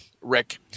Rick